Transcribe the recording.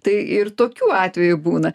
tai ir tokių atvejų būna